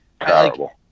Terrible